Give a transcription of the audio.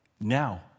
Now